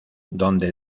donde